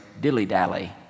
dilly-dally